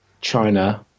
China